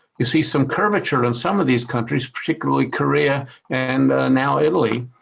you see some curvature in some of these countries, particularly korea and now italy,